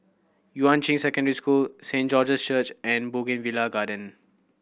Yuan Ching Secondary School Saint George's Church and Bougainvillea Garden